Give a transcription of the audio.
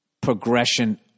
progression